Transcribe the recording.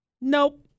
Nope